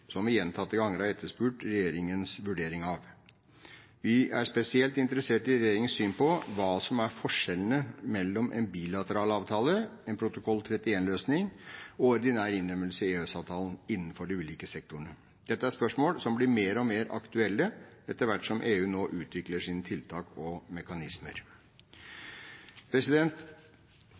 vi gjentatte ganger har etterspurt regjeringens vurdering av. Vi er spesielt interessert i regjeringens syn på hva som er forskjellene mellom en bilateral avtale, en protokoll 31-løsning og ordinær innlemmelse i EØS-avtalen innenfor de ulike sektorene. Dette er spørsmål som blir mer og mer aktuelle etter hvert som EU nå utvikler sine tiltak og mekanismer.